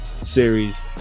series